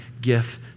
gift